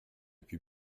put